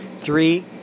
three